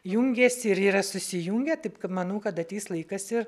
jungėsi ir yra susijungę taip kad manau kad ateis laikas ir